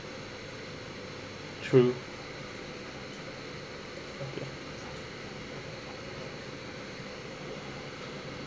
true